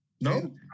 No